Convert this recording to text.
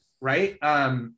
Right